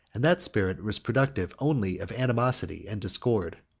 and that spirit was productive only of animosity and discord.